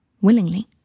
willingly